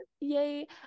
Yay